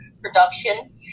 production